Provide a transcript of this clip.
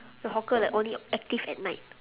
your hawker like only active at night